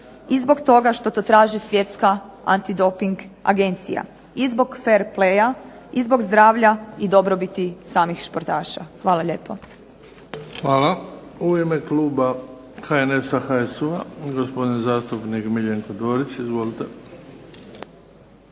i zbog toga što to traži Svjetska antidoping agencija, i zbog fer playa, i zbog zdravlja i dobrobiti samih športaša. Hvala lijepo. **Bebić, Luka (HDZ)** Hvala. U ime kluba HNS-a, HSU-a gospodin zastupnik Miljenko Dorić. Izvolite.